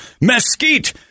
mesquite